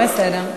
בסדר,